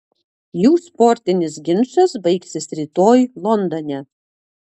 jų sportinis ginčas baigsis rytoj londone